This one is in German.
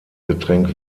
getränk